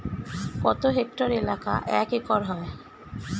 কত হেক্টর এলাকা এক একর হয়?